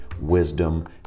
wisdom